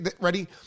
ready